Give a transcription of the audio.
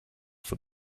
for